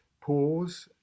pause